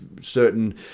certain